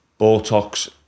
Botox